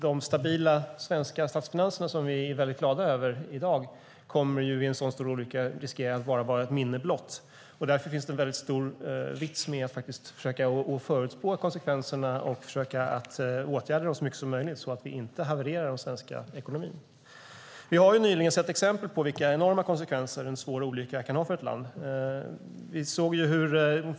De stabila svenska statsfinanserna, som vi är mycket glada över i dag, riskerar att bara bli ett minne blott vid en sådan stor olycka. Därför finns det en mycket stor vits med att försöka förutspå konsekvenserna och åtgärda dem så bra som möjligt så att vi inte havererar den svenska ekonomin. Vi har nyligen sett exempel på vilka enorma konsekvenser en svår olycka kan få för ett land.